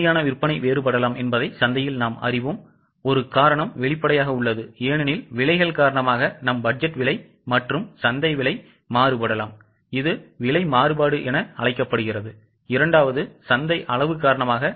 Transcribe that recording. உண்மையான விற்பனை வேறுபடலாம் என்பதை சந்தையில் நாம் அறிவோம்ஒரு காரணம் வெளிப்படையாக உள்ளது ஏனெனில் விலைகள் காரணமாக நம் பட்ஜெட் விலை மற்றும் சந்தை விலை மாறுபடலாம் இது விலை மாறுபாடு என அழைக்கப்படுகிறது இரண்டாவது சந்தை அளவு காரணமாக